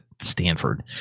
Stanford